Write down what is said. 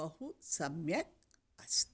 बहु सम्यक् अस्ति